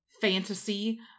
fantasy